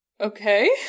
Okay